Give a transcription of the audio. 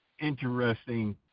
interesting